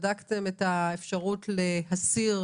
בדקתם את האפשרות להסיר